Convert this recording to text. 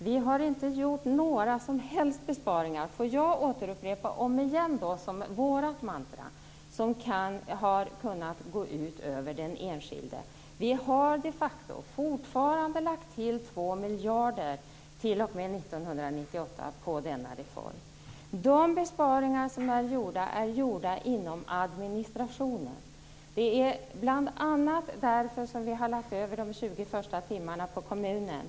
Vi har inte gjort några som helst besparingar - om jag får upprepa vårt mantra - som har kunnat gå ut över den enskilde. Vi har de facto fortfarande lagt till två miljarder t.o.m. 1998 på denna reform. De besparingar som är gjorda är gjorda inom administrationen. Det är bl.a. därför vi har lagt över de 20 första timmarna på kommunen.